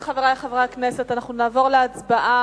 ובכן, חברי חברי הכנסת, אנחנו נעבור להצבעה